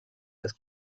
with